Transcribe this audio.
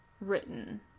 written